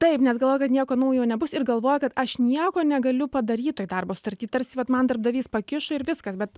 taip nes galvoja kad nieko naujo nebus ir galvoja kad aš nieko negaliu padaryt toj darbo sutarty tarsi vat man darbdavys pakišo ir viskas bet